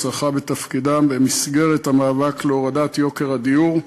הצלחה בתפקידם במסגרת המאבק להורדת יוקר הדיור.